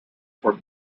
for